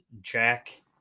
Jack